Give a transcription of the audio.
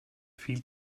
viel